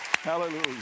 Hallelujah